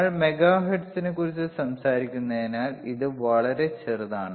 നമ്മൾ മെഗാഹെർട്സിനെക്കുറിച്ച് സംസാരിക്കുന്നതിനാൽ ഇത് വളരെ ചെറുതാണ്